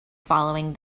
following